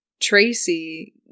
Tracy